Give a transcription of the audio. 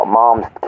mom's